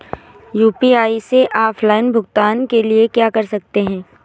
UPI से offline भुगतान के लिए क्या कर सकते हैं?